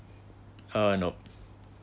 uh nope